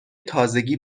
تازگی